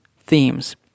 themes